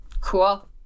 Cool